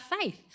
faith